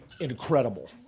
incredible